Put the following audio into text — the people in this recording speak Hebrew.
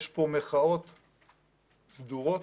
יש פה מחאות סדורות,